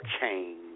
change